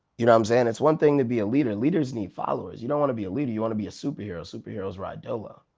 you know what i'm saying? it's one thing to be a leader, leaders need followers, you don't want to be a leader, you want to be a superhero. superheroes riding dolo.